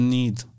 need